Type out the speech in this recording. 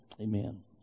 Amen